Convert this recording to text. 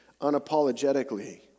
unapologetically